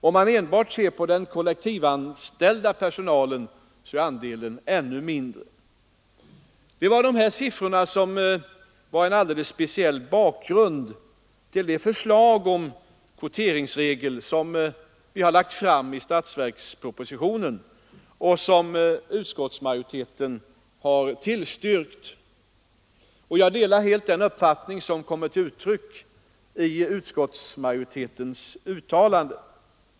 Om man enbart ser på den kollektivanställda personalen, finner man att andelen är ännu mindre. Det var dessa siffror som utgjorde en alldeles speciell bakgrund till det förslag om kvoteringsregler som vi har lagt fram i statsverkspropositionen och som utskottsmajoriteten har tillstyrkt. Jag delar helt den uppfattning som kommit till uttryck i utskottsmajoritetens uttalande.